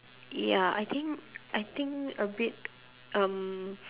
ya I think I think a bit um